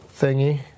thingy